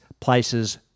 places